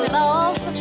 love